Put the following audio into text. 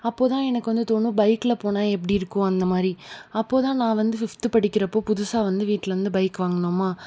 அப்போ தான் எனக்கு வந்து தோணும் பைகில் போனால் எப்படி இருக்கும் அந்த மாதிரி அப்போ தான் நான் வந்து ஃபிப்த் படிக்கிறப்போ புதுசாக வந்து வீட்டில் வந்து பைக் வாங்கினோமா